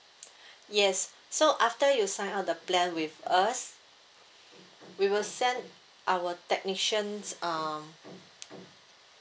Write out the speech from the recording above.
yes so after you sign up the plan with us we will send our technicians um